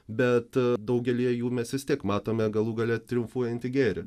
bet daugelyje jų mes vis tiek matome galų gale triumfuojantį gėrį